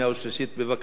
בבקשה.